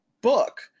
book